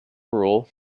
rule